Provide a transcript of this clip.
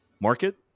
market